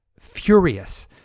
furious